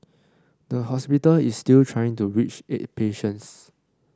the hospital is still trying to reach eight patients